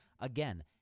Again